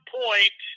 point